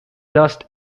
dust